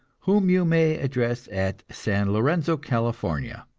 whom you may address at san lorenzo, california.